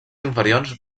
inferiors